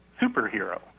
superhero